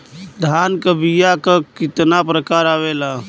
धान क बीया क कितना प्रकार आवेला?